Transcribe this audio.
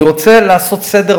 אני רוצה לעשות סדר,